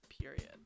Period